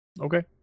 Okay